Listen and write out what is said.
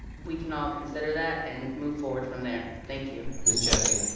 we can all consider that and move forward from there. thank you. miss jessie.